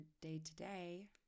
day-to-day